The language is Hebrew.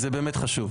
זה באמת חשוב.